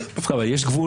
יש גבול.